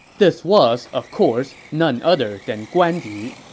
this was, of course, none other than guan yu.